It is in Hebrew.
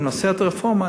אם נעשה את הרפורמה,